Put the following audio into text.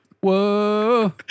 Whoa